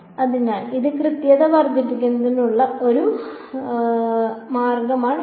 അതിനാൽ ഇത് കൃത്യത വർദ്ധിപ്പിക്കുന്നതിനുള്ള ഒരു മാർഗമാണ് N